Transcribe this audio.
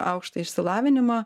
aukštąjį išsilavinimą